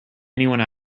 anyone